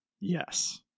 Yes